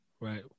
right